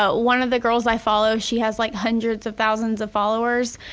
ah one of the girls i follow, she has like hundreds of thousands of followers,